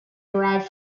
derived